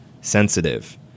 sensitive